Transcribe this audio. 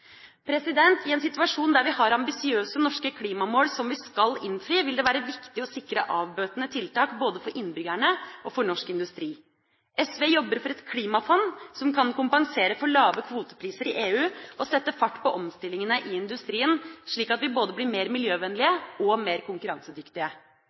har ambisiøse norske klimamål som vi skal innfri, vil det være viktig å sikre avbøtende tiltak både for innbyggerne og for norsk industri. SV jobber for et klimafond som kan kompensere for lave kvotepriser i EU og sette fart på omstillingene i industrien, slik at vi blir både mer miljøvennlige og mer